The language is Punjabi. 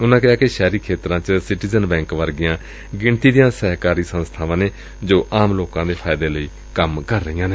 ਉਨ੍ਹਾ ਕਿਹਾ ਕਿ ਸ਼ਹਿਰੀ ਖੇਤਰਾਂ ਚ ਸਿਟੀਜ਼ਨ ਬੈਕ ਵਰਗੀਆਂ ਗਿਣਤੀ ਦੀਆਂ ਸਹਿਕਾਰੀ ਸੰਸਬਾਵਾਂ ਨੇ ਜੋ ਆਂਮ ਲੋਕਾਂ ਦੇ ਫਾਇਦੇ ਲਈ ਕੰਮ ਕਰ ਰਹੀਆਂ ਨੇ